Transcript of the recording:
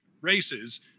races